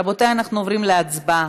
רבותי, אנחנו עוברים להצבעה.